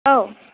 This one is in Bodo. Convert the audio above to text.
औ